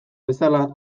bezala